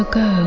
go